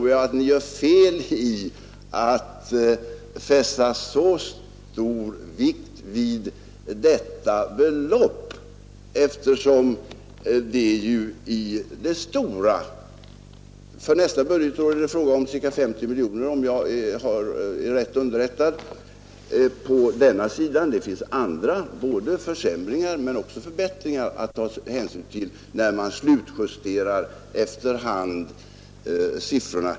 Jag tror att ni gör fel i att fästa så stor vikt vid detta belopp, ty det finns försämringar men också förbättringar att ta hänsyn till när man efter hand slutjusterar siffrorna.